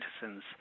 citizens